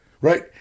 right